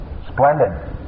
Splendid